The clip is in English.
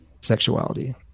sexuality